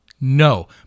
no